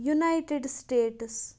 United States